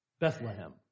Bethlehem